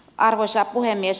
arvoisa puhemies